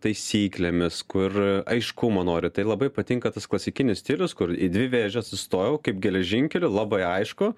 taisyklėmis kur aiškumo nori tai labai patinka tas klasikinis stilius kur į dvi vėžes įstojau kaip geležinkeliu labai aišku